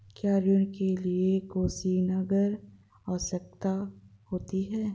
क्या ऋण के लिए कोसिग्नर की आवश्यकता होती है?